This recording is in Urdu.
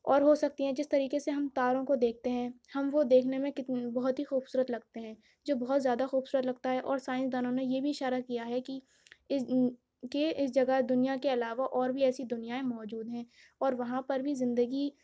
اور ہو سکتی ہیں جس طریقے سے ہم تاروں کو دیکھتے ہیں ہم وہ دیکھنے میں کتنے بہت ہی خوبصورت لگتے ہیں جو بہت زیادہ خوبصورت لگتا ہے اور سائنسدانوں نے یہ بھی اشارہ کیا ہے کہ اس کہ اس جگہ دنیا کے علاوہ اور بھی ایسی دنیائیں موجود ہیں اور وہاں پر بھی زندگی